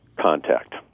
contact